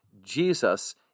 Jesus